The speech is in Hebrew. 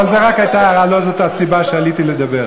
אבל זו רק הייתה הערה, לא זאת הסיבה שעליתי לדבר.